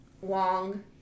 Wong